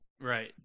right